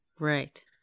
Right